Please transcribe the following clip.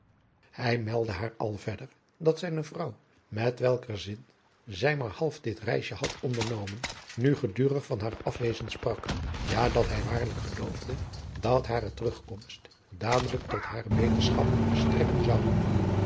hij meldde haar al verder dat zijne vrouw met welker zin zij maar half dit reisje had ondernomen nu gedurig van haar afwezen sprak ja dat hij waarlijk geloofde dat hare terugkomst dadelijk tot hare beterschap strekken zou